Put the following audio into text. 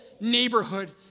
neighborhood